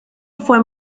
fue